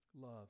love